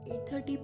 8.30